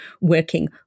working